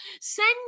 send